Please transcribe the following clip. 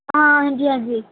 हां हां'जी हां'जी